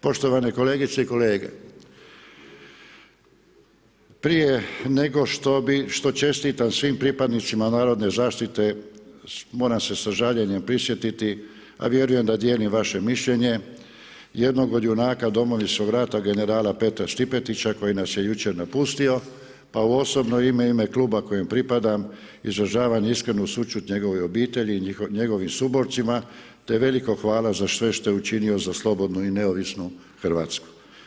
Poštovane kolegice i kolege, prije nego što čestitam svim pripadnicima narodne zaštite, moram se sa žaljenjem prisjetiti, a vjerujem da dijelim vaše mišljenje, jednog od junaka Domovinskog rata, generala Petra Stipetića, koji nas je jučer napustio, pa u osobno ime, u ime kluba kojem pripadam izražavam iskrenu sućut njegovoj obitelji i njegovim suborcima te veliko hvala za sve što je učinio za slobodnu i neovisnu Hrvatsku.